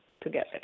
together